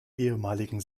ehemaligen